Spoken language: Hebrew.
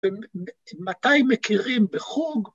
‫מתי מכירים בחוג?